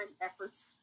efforts